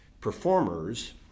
performers